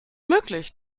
möglich